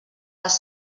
les